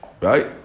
Right